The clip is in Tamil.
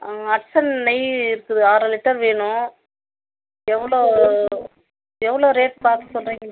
ஹட்சன் நெய் இருக்குது அரை லிட்டர் வேணும் எவ்வளோ எவ்வளோ ரேட் பார்த்து சொல்கிறிங்க